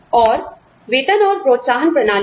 और वेतन और प्रोत्साहन प्रणालियां